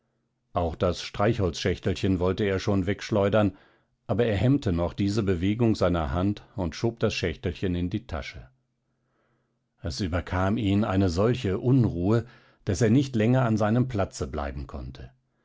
auch das streichholzschächtelchen wollte er schon wegschleudern aber er hemmte noch diese bewegung seiner hand und schob das schächtelchen in die tasche es überkam ihn eine solche unruhe daß er nicht länger an seinem platze bleiben konnte